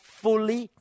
fully